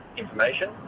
information